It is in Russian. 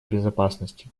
безопасности